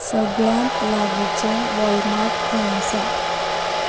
सगळ्यांत लागींचें वॉलमाट खंय आसा